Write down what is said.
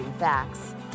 facts